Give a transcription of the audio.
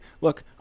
Look